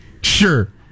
Sure